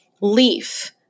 leaf